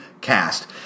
cast